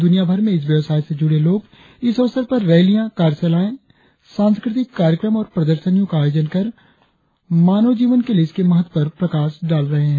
द्रनियाभर में इस व्यवसाय से जुड़े लोग इस अवसर पर रैलियां कार्यशालाएं सांस्कृतिक कार्यक्रम और प्रदर्शनियों का आयोजन कर मानव जीवन के लिए इसके महत्व पर प्रकाश डालते हैं